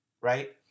right